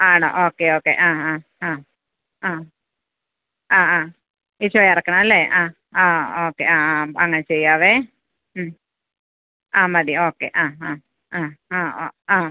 ആണോ okay okay ആ ആ ആ ആ ആ ആ ഇച്ചിരി ഇറക്കണം അല്ലെ ആ ആ ഓക്കെ ആ ആം അങ്ങനെ ചെയ്യാമേ മ് ആ മതി ഓക്കെ ആ ആ ആ ആ ആ ആ